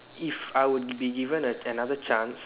if I were to be given an~ another chance